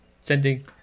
sending